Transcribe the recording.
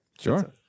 Sure